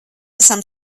esam